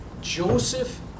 Joseph